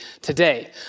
today